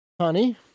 honey